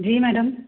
जी madam